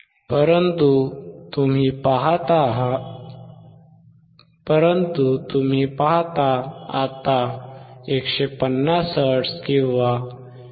परंतु तुम्ही पाहता आता 150Hz किंवा 153